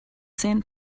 sand